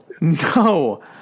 no